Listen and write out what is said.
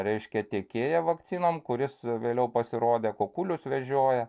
reiškia tiekėją vakcinom kuris vėliau pasirodė kukulius vežioja